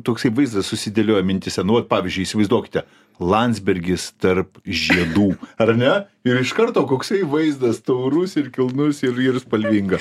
toks vaizdas susidėlioja mintyse nu vat pavyzdžiui įsivaizduokite landsbergis tarp žiedų ar ne ir iš karto koksai vaizdas taurus ir kilnus ir ir spalvingas